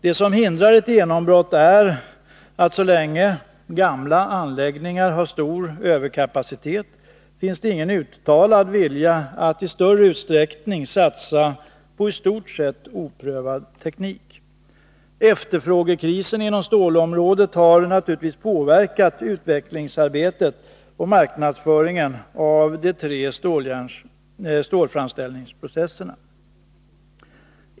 Det som hindrar ett genombrott är att så länge gamla anläggningar har stor överkapacitet finns det ingen uttalad vilja att i större utsträckning satsa på i stort sett oprövad teknik. Efterfrågekrisen inom stålområdet har naturligtvis påverkat utvecklingsarbetet och marknadsföringen av de tre stålframställningsprocesserna.